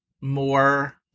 more